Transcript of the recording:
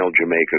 Jamaica